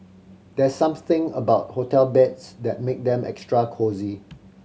there's something about hotel beds that make them extra cosy